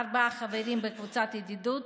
ארבעה חברים בקבוצת הידידות,